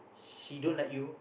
she don't like you